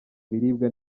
ibiribwa